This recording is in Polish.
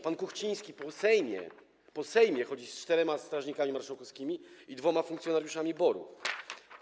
Pan Kuchciński po Sejmie chodzi z czterema strażnikami marszałkowskimi i dwoma funkcjonariuszami BOR-u.